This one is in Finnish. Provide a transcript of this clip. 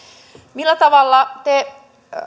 millä tavalla te